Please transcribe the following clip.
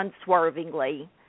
unswervingly